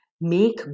make